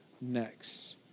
next